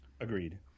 Agreed